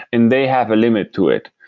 and they have a limit to it.